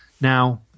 now